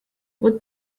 what